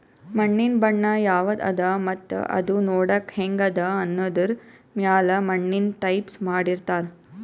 ಮಣ್ಣಿನ್ ಬಣ್ಣ ಯವದ್ ಅದಾ ಮತ್ತ್ ಅದೂ ನೋಡಕ್ಕ್ ಹೆಂಗ್ ಅದಾ ಅನ್ನದರ್ ಮ್ಯಾಲ್ ಮಣ್ಣಿನ್ ಟೈಪ್ಸ್ ಮಾಡಿರ್ತಾರ್